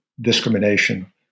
discrimination